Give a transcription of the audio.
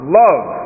love